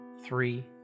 three